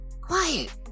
Quiet